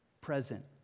present